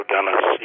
Dennis